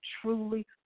truly